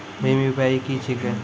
भीम UPI की छीके?